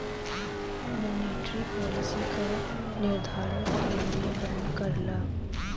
monetary policy क निर्धारण केंद्रीय बैंक करला